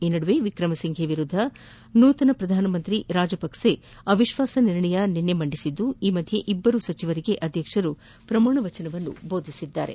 ಈ ನಡುವೆ ವಿಕ್ರಂ ಸಿಂಘೆ ವಿರುದ್ದ ನೂತನ ಅಧ್ಯಕ್ಷ ರಾಜಪಕ್ಷೆ ಅವಿಶ್ವಾಸ ನಿರ್ಣಯ ನಿನ್ನೆ ಮಂಡಿಸಿದ್ದು ಈ ಮಧ್ಯೆ ಇಬ್ಬರು ಸಚಿವರಿಗೆ ಅಧ್ಯಕ್ಷರು ಪ್ರಮಾಣ ವಚನವನ್ನು ಬೋಧಿಸಿದ್ದಾರೆ